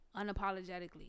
unapologetically